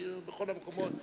היינו בכל המקומות.